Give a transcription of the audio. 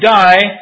die